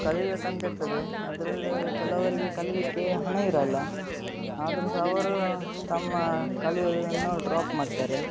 ಕಲಿಬೇಕಂತಿರ್ತದೆ ಅದರಲ್ಲೂ ಕೆಲವರಿಗೆ ಕಲೀಲಿಕ್ಕೆ ಹಣ ಇರೋಲ್ಲ ಆದರೂ ಸಹ ಅವರು ತಮ್ಮ ಕಲಿಯೋದನ್ನು ಡ್ರಾಪ್ ಮಾಡ್ತಾರೆ